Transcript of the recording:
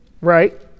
Right